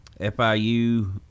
FIU